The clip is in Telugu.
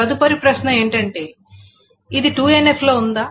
తదుపరి ప్రశ్న ఏమిటంటే ఇది 2NF లో ఉందా